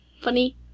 Funny